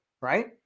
right